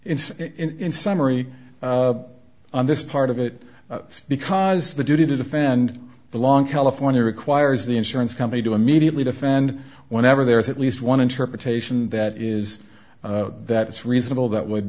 sorry in summary on this part of it because the duty to defend the long california requires the insurance company to immediately defend whenever there is at least one interpretation that is that it's reasonable that would